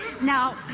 Now